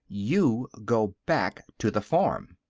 you go back to the farm.